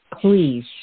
Please